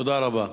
תודה רבה.